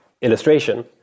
illustration